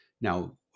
now